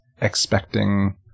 expecting